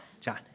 John